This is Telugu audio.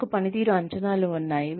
మనకు పనితీరు అంచనాలు ఉన్నాయి